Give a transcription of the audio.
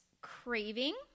craving